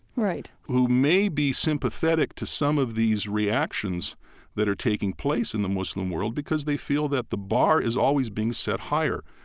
who may be sympathetic to some of these reactions that are taking place in the muslim world because they feel that the bar is always being set higher,